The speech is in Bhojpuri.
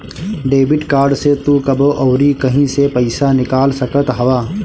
डेबिट कार्ड से तू कबो अउरी कहीं से पईसा निकाल सकत हवअ